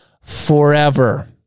forever